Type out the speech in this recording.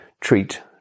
treat